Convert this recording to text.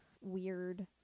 weird